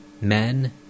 Men